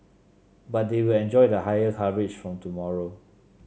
but they will enjoy the higher coverage from tomorrow